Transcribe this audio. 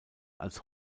als